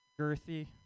girthy